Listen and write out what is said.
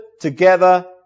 together